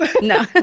no